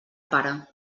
pare